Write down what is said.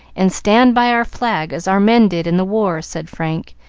and stand by our flag as our men did in the war, said frank,